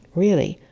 really.